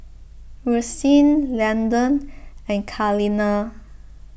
Rustin Landen and Kaleena